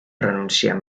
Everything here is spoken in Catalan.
renunciar